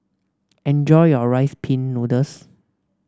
enjoy your Rice Pin Noodles